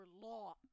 law